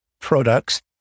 products